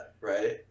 right